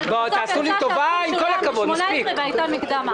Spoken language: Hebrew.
אבל --- והייתה מקדמה.